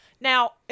Now